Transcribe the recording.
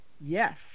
Yes